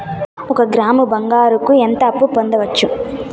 ఒక గ్రాము బంగారంకు ఎంత అప్పు పొందొచ్చు